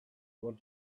want